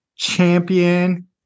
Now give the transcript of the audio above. champion